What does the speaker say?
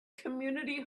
community